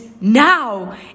now